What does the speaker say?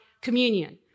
Communion